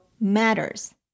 matters